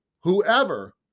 whoever